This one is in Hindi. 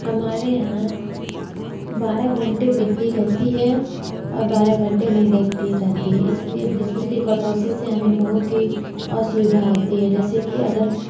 हमारे यहाँ बारह घंटे बिजली रहती है और बारह घंटे नहीं रहती रहती इस लिए बिजली के कटौती से हमें बहुत ही असुविधा होती है जैसे कि अगर